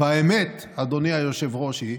והאמת, אדוני היושב-ראש, היא